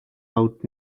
out